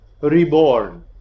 reborn